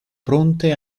pronte